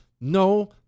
No